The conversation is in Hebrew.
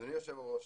אדוני היושב ראש,